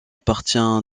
appartient